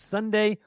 Sunday